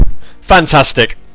fantastic